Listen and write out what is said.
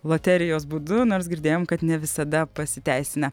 loterijos būdu nors girdėjom kad ne visada pasiteisina